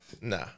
Nah